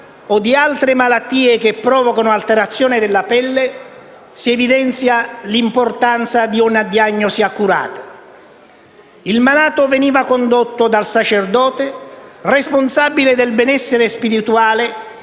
Il malato veniva condotto dal sacerdote, responsabile del benessere spirituale,